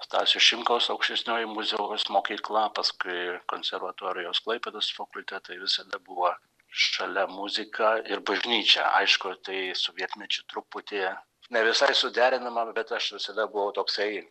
stasio šimkaus aukštesnioji muzikos mokykla paskui konservatorijos klaipėdos fakultetai visada buvo šalia muzika ir bažnyčia aišku tai sovietmečiu truputį ne visai suderinama bet aš visada buvau toksai